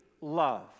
love